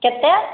केते